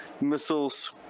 missiles